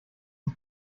ich